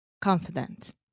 Confident